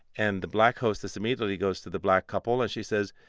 and the black hostess immediately goes to the black couple, and she says,